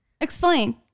explain